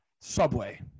Subway